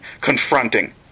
confronting